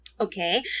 Okay